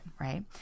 right